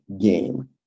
game